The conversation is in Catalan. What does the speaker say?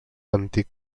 antic